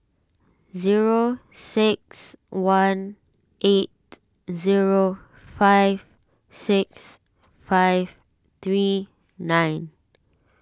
zero six one eight zero five six five three nine